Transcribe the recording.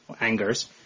Angers